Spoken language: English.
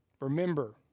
Remember